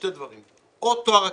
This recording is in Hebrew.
שני דברים, או תואר אקדמי,